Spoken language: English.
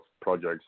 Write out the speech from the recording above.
projects